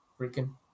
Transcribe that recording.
freaking